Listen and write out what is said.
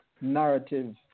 narrative